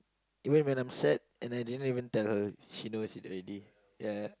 even when I'm sad and I didn't even tell her she knows it already ya